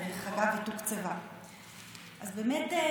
דרך אגב, היא תוקצבה.